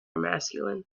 masculine